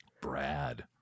Brad